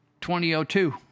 2002